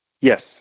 Yes